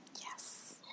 Yes